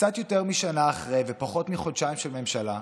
קצת יותר משנה אחרי ופחות מחודשיים של ממשלה,